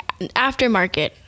aftermarket